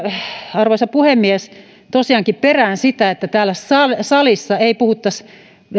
arvoisa puhemies tosiaankin perään sitä että täällä salissa ei puhuttaisi